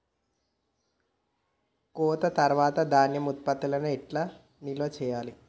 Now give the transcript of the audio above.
కోత తర్వాత ధాన్యం ఉత్పత్తులను ఎట్లా నిల్వ చేయాలి?